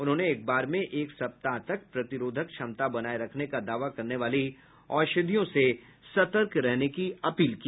उन्होंने एक बार में एक सप्ताह तक प्रतिरोधक क्षमता बनाए रखने का दावा करने वाली औषधियों से सतर्क रहने की अपील की